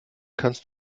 kannst